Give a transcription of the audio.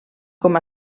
com